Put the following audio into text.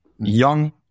young